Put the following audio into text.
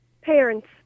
parents